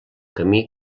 camí